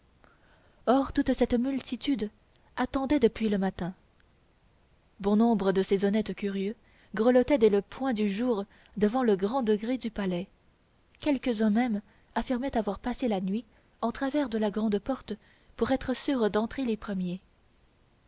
or toute cette multitude attendait depuis le matin bon nombre de ces honnêtes curieux grelottaient dès le point du jour devant le grand degré du palais quelques-uns même affirmaient avoir passé la nuit en travers de la grande porte pour être sûrs d'entrer les premiers